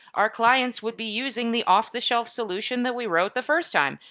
our clients would be using the off-the-shelf solution that we wrote the first time,